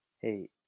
hey